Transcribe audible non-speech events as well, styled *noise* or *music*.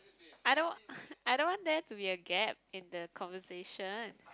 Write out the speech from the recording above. I don't want *breath* I don't want there to be a gap in the conversation